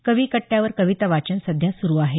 कवी कट्ट्यावर कविता वाचन सध्या सुरू आहे